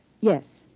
Yes